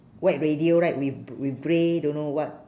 white radio right with b~ with grey don't know what